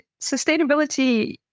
sustainability